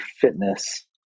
fitness